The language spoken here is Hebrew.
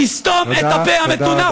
תסתום את הפה המטונף,